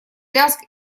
лязг